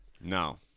No